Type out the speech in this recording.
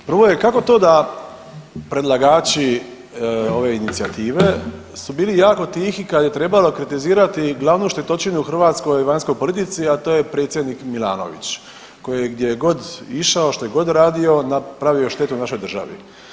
Prvo je kako to da predlagači ove inicijative su bili jako tihi kad je trebalo kritizirati glavnu štetočinu u hrvatskoj vanjskoj politici, a to je predsjednik Milanović koji gdje je god išao, što je god radio napravio štetu našoj državi.